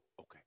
Okay